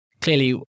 Clearly